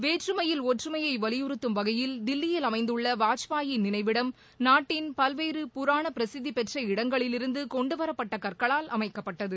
வேற்றுமையில் ஒற்றுமையை வலியுறுத்தும் வகையில் தில்லியில் அமைந்துள்ள வாஜ்பாயின் நினைவிடம் நாட்டின் பல்வேறு புரான பிரசித்திபெற்ற இடங்களிலிருந்து கொண்டுவரப்பட்ட கற்களால் அமைக்கப்பட்டது